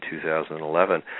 2011